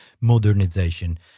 modernization